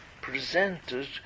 presented